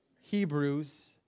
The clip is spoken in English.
Hebrews